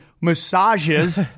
massages